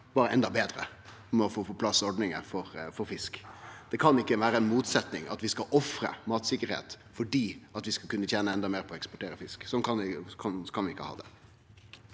jobbe endå betre med å få på plass ordningar for fisk. Det kan ikkje vere motsetnad – at vi skal ofre matsikkerheit fordi vi skal kunne tene endå meir på å eksportere fisk. Sånn kan vi ikkje ha det.